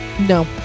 No